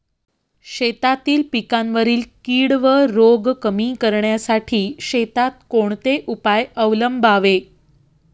शेतातील पिकांवरील कीड व रोग कमी करण्यासाठी शेतात कोणते उपाय अवलंबावे?